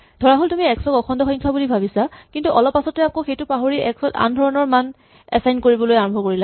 ধৰাহ'ল তুমি এক্স ক অখণ্ড সংখ্যা বুলি ভাৱিছা কিন্তু অলপ পাছতে সেইটো পাহৰি এক্স ত আন ধৰণৰ মান এচাইন কৰিবলৈ আৰম্ভ কৰিলা